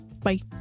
bye